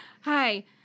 Hi